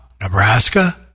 nebraska